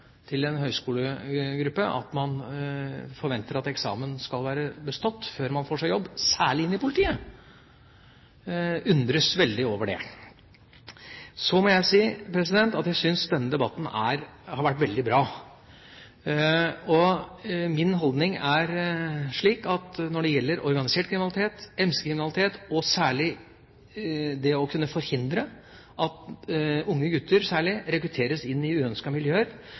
til en høyskolegruppe, og at man forventer at eksamen skal være bestått før man får seg jobb, særlig i politiet. Jeg undres veldig over dette. Så syns jeg at denne debatten har vært veldig bra. Min holdning er at når det gjelder organisert kriminalitet, MC-kriminalitet og særlig det å kunne forhindre at unge gutter særlig rekrutteres inn i uønskede miljøer,